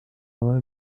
will